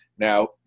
Now